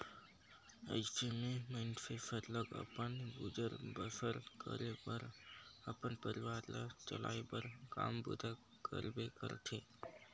अइसे में मइनसे सरलग अपन गुजर बसर करे बर अपन परिवार ल चलाए बर काम बूता करबे करथे